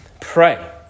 pray